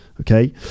Okay